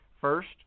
First